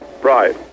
right